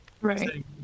right